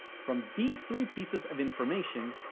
from these three pieces of information,